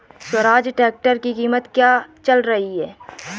Swaraj tractor की कीमत क्या चल रही है?